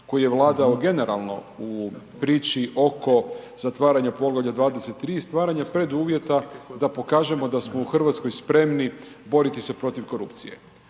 koji je vladao generalno u priči oko zatvaranja poglavlja 23 i stvaranja preduvjeta da pokažemo da smo u Hrvatskoj spremni boriti se protiv korupcije.